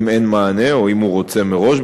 אם אין מענה או אם הוא רוצה מראש,